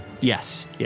Yes